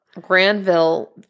Granville